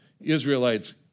Israelites